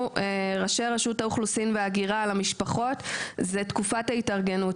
ראשי רשות האוכלוסין וההגירה למשפחות היה תקופת ההתארגנות.